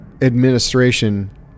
administration